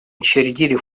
учредили